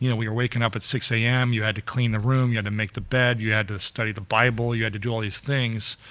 you know we were waking up at six zero a m, you had to clean the room, you had to make the bed, you had to study the bible, you had to do all these things.